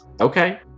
Okay